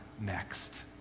next